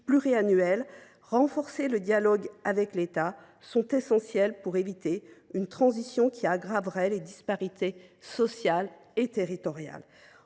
pluriannuelle et de renforcer leur dialogue avec l’État pour éviter une transition qui aggraverait les disparités sociales et territoriales.